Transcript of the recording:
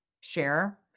share